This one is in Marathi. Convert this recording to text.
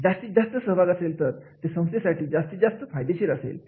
आहे जास्तीत जास्त सहभाग असेल तर ते संस्थेसाठी जास्तीत जास्त फायदेशीर असेल